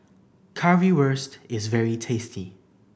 currywurst is very tasty